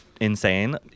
insane